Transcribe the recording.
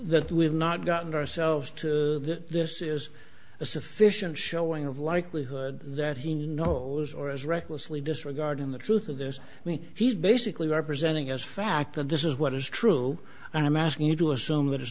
that we have not gotten ourselves to this is a sufficient showing of likelihood that he knows or is recklessly disregarding the truth of this me he's basically representing as fact that this is what is true and i'm asking you to assume that i